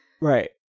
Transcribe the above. right